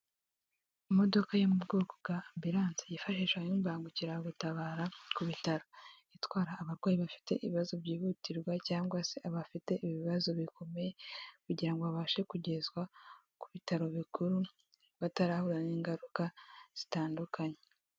Imodoka yo mu bwoko bwa ambulance yifashisha y' imbangukiragutabara ku bitaro, itwara abarwayi bafite ibibazo byihutirwa cyangwa se abafite ibibazo bikomeye kugira ngo abashe kugezwa ku bitaro bikuru batarahura n'ingaruka zitandukanye.